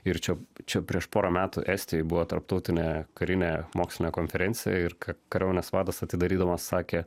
ir čia čia prieš porą metų estijoj buvo tarptautinė karinė mokslinė konferencija ir ka kariuomenės vadas atidarydamas sakė